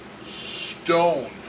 stone